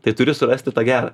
tai turiu surasti tą gerą